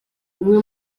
umwe